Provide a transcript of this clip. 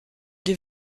des